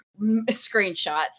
screenshots